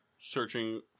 searching